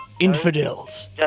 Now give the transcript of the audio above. infidels